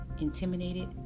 intimidated